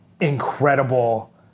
incredible